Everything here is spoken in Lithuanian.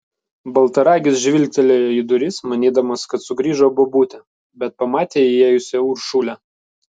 baltaragis žvilgtelėjo į duris manydamas kad sugrįžo bobutė bet pamatė įėjusią uršulę